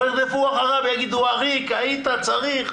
לא ירדפו אחריו ויגידו עריק, היית צריך?